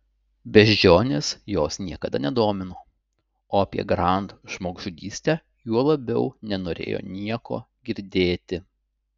beždžionės jos niekada nedomino o apie grand žmogžudystę juo labiau nenorėjo nieko girdėti